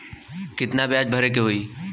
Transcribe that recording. कितना ब्याज भरे के होई?